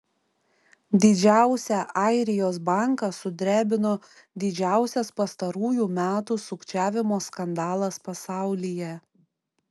didžiausią airijos banką sudrebino didžiausias pastarųjų metų sukčiavimo skandalas pasaulyje